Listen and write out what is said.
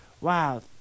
Wow